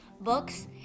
books